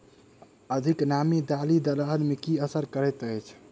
अधिक नामी दालि दलहन मे की असर करैत अछि?